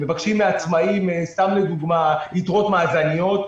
מבקשים מהעצמאים, סתם לדוגמה, יתרות מאזניות.